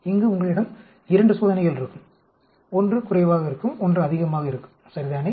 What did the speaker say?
இங்கு உங்களிடம் 2 சோதனைகள் இருக்கும் 1 குறைவாக இருக்கும் 1 அதிகமாக இருக்கும் சரிதானே